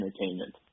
entertainment